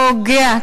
פוגע,